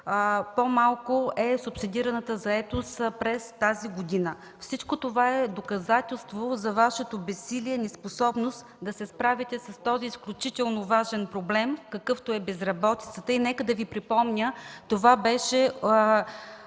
по-малко е субсидираната заетост през тази година. Всичко това е доказателство за Вашето безсилие и неспособност да се справите с този изключително важен проблем, какъвто е безработицата. Нека да Ви припомня, той беше